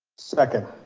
second.